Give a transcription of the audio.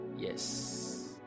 yes